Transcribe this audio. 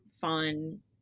fun